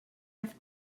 and